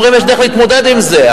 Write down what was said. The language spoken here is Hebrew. אנחנו רואים יש דרך להתמודד עם זה.